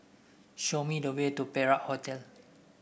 show me the way to Perak Hotel